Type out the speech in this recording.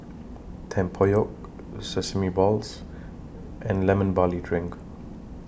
Tempoyak Sesame Balls and Lemon Barley Drink